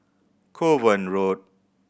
Kovan Road